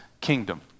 kingdom